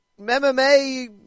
MMA